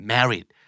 Married